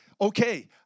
okay